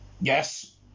Yes